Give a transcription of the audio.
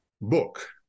book